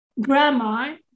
grammar